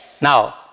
Now